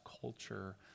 culture